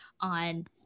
on